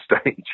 stage